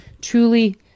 truly